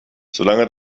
solange